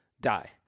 die